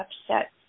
upset